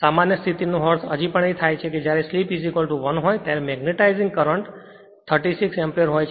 સામાન્ય સ્થિતિ નો અર્થ હજી પણ થાય છે જ્યારે સ્લિપ 1 હોય ત્યારે મેગ્નેટાઇજિંગ કરંટ 36 એમ્પીયરહોય છે